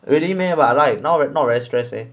really meh but I right now not really stress leh